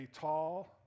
tall